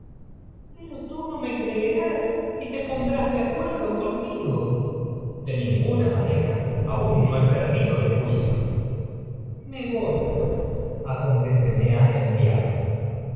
pero tií no me creerás y te pondrás acuerdo conmigo electra de ninguna manera aun no he perdido el juicio crisótemis me voy pues adonde se me ha